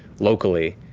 locally,